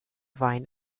wein